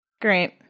great